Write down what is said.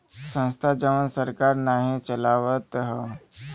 संस्था जवन सरकार नाही चलावत हौ